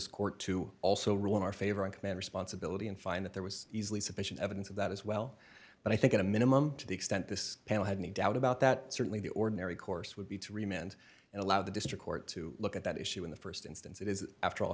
court to also rule in our favor on command responsibility and find that there was easily sufficient evidence of that as well but i think at a minimum to the extent this panel had any doubt about that certainly the ordinary course would be to remain and allow the district court to look at that issue in the st instance it is after all